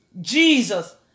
Jesus